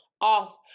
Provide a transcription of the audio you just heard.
off